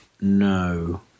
No